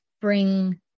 bring